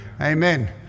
Amen